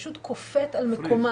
פשוט קופאת על מקומה.